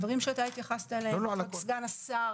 הדברים שאתה התייחסת אליהם וסגן השר